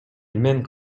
мен